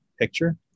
picture